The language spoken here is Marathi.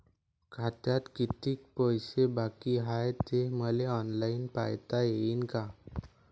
खात्यात कितीक पैसे बाकी हाय हे मले ऑनलाईन पायता येईन का?